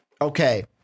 okay